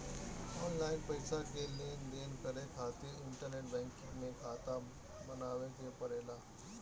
online पईसा के लेनदेन करे खातिर इंटरनेट बैंकिंग में खाता बनावे के पड़ेला